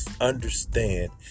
Understand